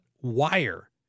wire